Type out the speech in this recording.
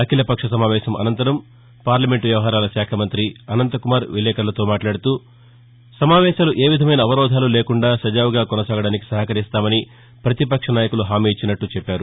అఖీల పక్ష సమావేశం అనంతరం పార్లమెంటు వ్యవహారాల శాఖ మంత్రి అసంతకుమార్ విలేకర్లతో మాట్లాడుతూ పార్లమెంటు సమావేశాలు ఏవిధమైన అవరోధాలు లేకుండా సజావుగా కొనసాగడానికి సహకరిస్తామని పతిపక్ష నేతలు హామీ ఇచ్చినట్లు తెలిపారు